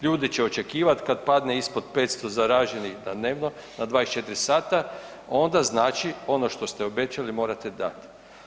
Ljudi će očekivati kad padne ispod 500 zaraženih dnevno na 24 sata onda znači ono što ste obećali morate dat.